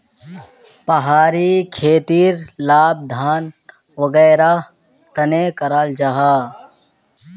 पहाड़ी खेतीर लाभ धान वागैरहर तने कराल जाहा